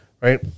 right